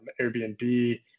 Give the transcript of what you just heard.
Airbnb